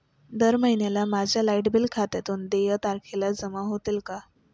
दर महिन्याला माझ्या लाइट बिल खात्यातून देय तारखेला जमा होतील का?